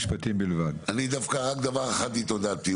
אני דווקא רק דבר אחד התעודדתי,